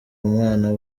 umwana